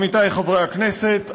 עמיתי חברי הכנסת,